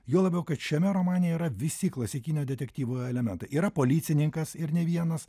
juo labiau kad šiame romane yra visi klasikinio detektyvo elementai yra policininkas ir ne vienas